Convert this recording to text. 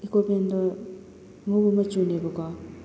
eco ꯚꯦꯟꯗꯣ ꯑꯉꯧꯕ ꯃꯆꯨꯅꯦꯕꯀꯣ